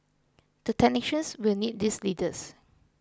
the technicians will need these leaders